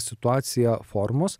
situaciją formos